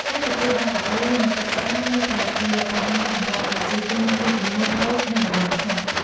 ការទទួលបានសាប៊ូ និងទឹកស្អាតនៅតែជាបញ្ហាសម្រាប់ប្រជាជនមួយចំនួនតូចនៅតំបន់ខ្លះ។